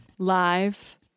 live